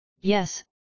Yes